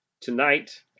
tonight